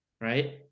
right